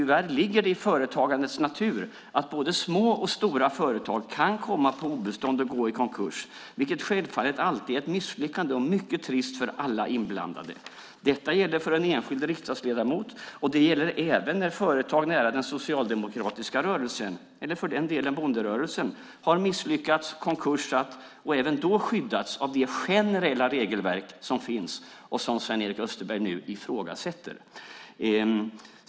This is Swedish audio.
Tyvärr ligger det i företagandets natur att både små och stora företag kan komma på obestånd och gå i konkurs, vilket självfallet alltid är ett misslyckande och mycket trist för alla inblandade. Detta gäller för en enskild riksdagsledamot och även när företag nära den socialdemokratiska rörelsen - eller för den delen, bonderörelsen - har misslyckats och gått i konkurs och också då skyddats av det generella regelverk som finns och som Sven-Erik Österberg nu ifrågasätter.